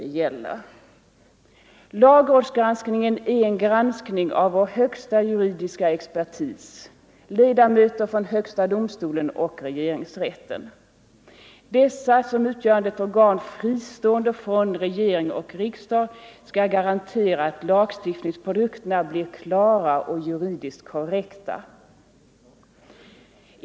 Lagrådsgranskningen är en granskning av vår högsta juridiska expertis — ledamöter från högsta domstolen och regeringsrätten. Dessa som utgör ett organ fristående från regering och riksdag skall garantera att lagstiftningsprodukterna blir klara och juridiskt korrekta.